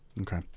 Okay